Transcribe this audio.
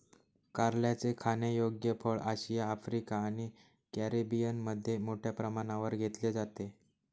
कारल्याचे खाण्यायोग्य फळ आशिया, आफ्रिका आणि कॅरिबियनमध्ये मोठ्या प्रमाणावर घेतले जाते